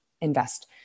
invest